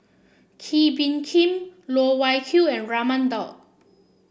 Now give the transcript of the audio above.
Kee Bee Khim Loh Wai Kiew and Raman Daud